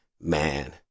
man